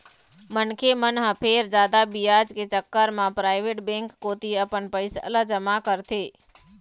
मनखे मन ह फेर जादा बियाज के चक्कर म पराइवेट बेंक कोती अपन पइसा ल जमा करथे